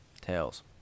tails